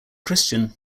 christian